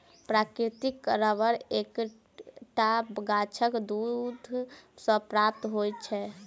प्राकृतिक रबर एक टा गाछक दूध सॅ प्राप्त होइत छै